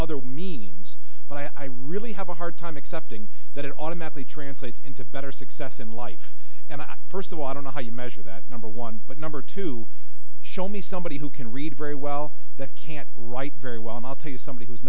other means but i really have a hard time accepting that it automatically translates into better success in life and first of all i don't know how you measure that number one but number two show me somebody who can read very well that can't write very well and i'll tell you somebody who's